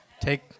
Take